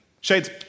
Shades